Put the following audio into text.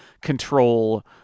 control